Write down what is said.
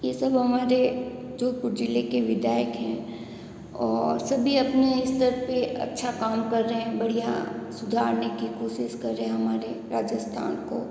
यह सब हमारे जोधपुर ज़िले के विधायक हैं और सभी अपने स्तर पर अच्छा काम कर रहे हैं बढ़िया सुधारने की कोशिश कर रहे हैं हमारे राजस्थान को